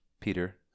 Peter